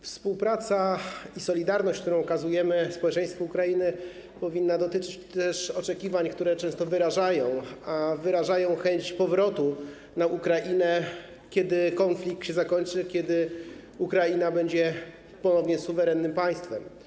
Współpraca i solidarność, jaką okazujemy społeczeństwu Ukrainy, powinny dotyczyć też oczekiwań tego społeczeństwa, które często wyraża chęć powrotu na Ukrainę, kiedy konflikt się zakończy, kiedy Ukraina będzie ponownie suwerennym państwem.